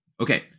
Okay